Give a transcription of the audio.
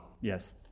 Yes